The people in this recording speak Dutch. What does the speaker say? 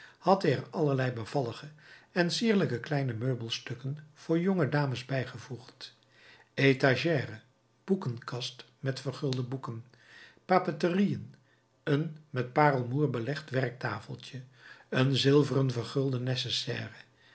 had hij er allerlei bevallige en sierlijke kleine meubelstukken voor jonge dames bijgevoegd étagère boekenkast met vergulde boeken papeterieën een met paarlemoer ingelegd werktafeltje een zilveren vergulde nécessaire